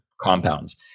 compounds